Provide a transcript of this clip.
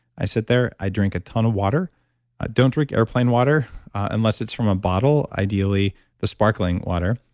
i sit there, i drink a ton of water. i don't drink airplane water unless it's from a bottle, ideally the sparkling water.